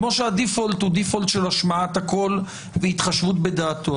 כמו שהדיפולט הוא דיפולט של השמעת הקול והתחשבות בדעתו.